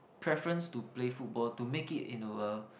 preference to play football to make it into a